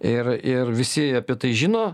ir ir visi apie tai žino